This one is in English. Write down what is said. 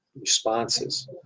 responses